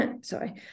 sorry